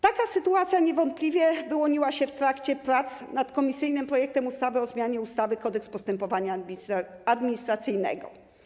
Taka sytuacja niewątpliwie wyłoniła się w trakcie prac nad komisyjnym projektem ustawy o zmianie ustawy - Kodeks postępowania administracyjnego.